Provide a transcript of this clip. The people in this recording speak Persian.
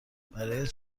برای